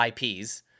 IPs